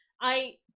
I-